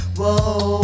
Whoa